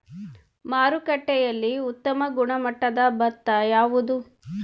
ಮಾರುಕಟ್ಟೆಯಲ್ಲಿ ಉತ್ತಮ ಗುಣಮಟ್ಟದ ಭತ್ತ ಯಾವುದು?